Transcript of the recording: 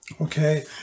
Okay